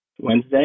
Wednesday